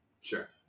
Sure